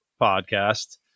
podcast